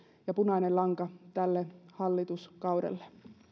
ja punainen lanka tälle hallituskaudelle